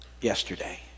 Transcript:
yesterday